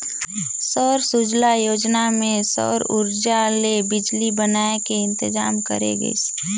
सौर सूजला योजना मे सउर उरजा ले बिजली बनाए के इंतजाम करे गइस